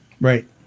Right